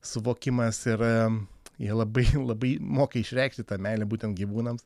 suvokimas ir jie labai labai moka išreikšti tą meilę būtent gyvūnams